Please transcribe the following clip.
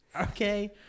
Okay